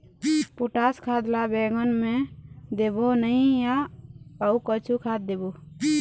Potash खाद ला बैंगन मे देबो नई या अऊ कुछू खाद देबो?